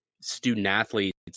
student-athletes